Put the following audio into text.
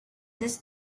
this